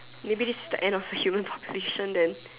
maybe this is the end of the human population then